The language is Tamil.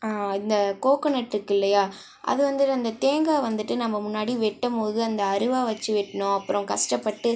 இந்த கோக்கனட்யிருக்கு இல்லையா அது வந்து அந்த தேங்காய் வந்துட்டு நம்ப முன்னாடி வெட்டும் போது அந்த அருவாள் வச்சு வெட்டினோம் அப்புறோம் கஷ்டப்பட்டு